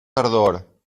tardor